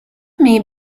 may